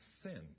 sin